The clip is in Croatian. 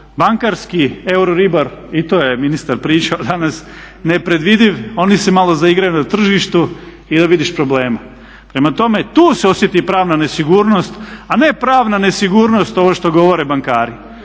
bankarski euribor i to je ministar pričao danas nepredvidiv, oni se malo zaigraju na tržištu i da vidiš problema. Prema tome, tu se osjeti pravna nesigurnost, a ne pravna nesigurnost ovo što govore bankari.